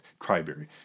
Cryberry